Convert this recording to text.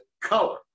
Color